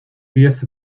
diez